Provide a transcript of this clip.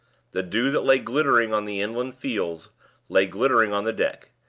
the dew that lay glittering on the inland fields lay glittering on the deck,